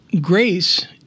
grace